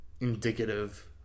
indicative